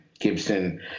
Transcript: Gibson